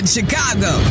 Chicago